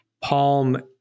Palm